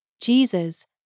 Jesus